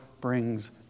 brings